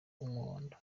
w’umuhondo